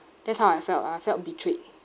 that's how I felt I felt betrayed